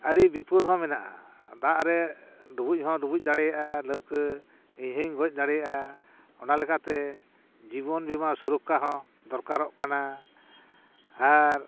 ᱟᱹᱰᱤ ᱵᱤᱯᱚᱫᱽ ᱦᱚᱸ ᱢᱮᱱᱟᱜᱼᱟ ᱫᱟᱜ ᱨᱮ ᱰᱩᱵᱩᱡ ᱦᱚᱸ ᱰᱩᱵᱩᱡ ᱫᱟᱲᱮᱭᱟᱜᱼᱟ ᱞᱟᱹᱣᱠᱟᱹ ᱤᱧ ᱦᱚᱸᱧ ᱜᱚᱡ ᱫᱟᱲᱮᱭᱟᱜᱼᱟ ᱚᱱᱟ ᱞᱮᱠᱟᱛᱮ ᱡᱤᱵᱚᱱ ᱵᱤᱢᱟ ᱥᱩᱨᱚᱠᱠᱷᱟ ᱦᱚᱸ ᱫᱚᱨᱠᱟᱨᱚᱜ ᱠᱟᱱᱟ ᱟᱨ